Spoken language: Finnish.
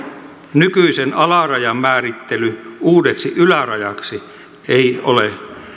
nykyisen alarajan määrittely uudeksi ylärajaksi ei ole